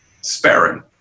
sparing